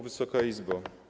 Wysoka Izbo!